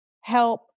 help